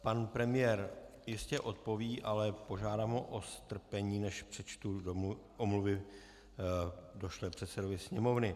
Pan premiér jistě odpoví, ale požádám ho o strpení, než přečtu omluvy došlé předsedovi Sněmovny.